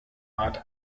art